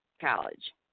college